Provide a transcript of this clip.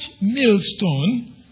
millstone